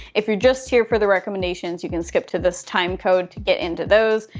if you're just here for the recommendations, you can skip to this timecode to get into those.